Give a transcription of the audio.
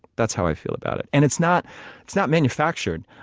that's how i feel about it. and it's not it's not manufactured.